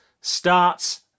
starts